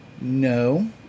No